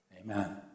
Amen